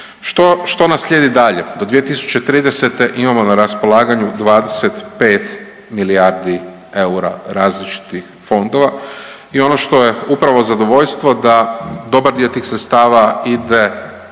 Što nas slijedi dalje? Do 2030. imamo na raspolaganju 25 milijardi eura različitih fondova i ono što je upravo zadovoljstvo da dobar dio tih sredstava ide